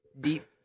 deep